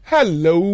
Hello